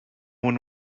one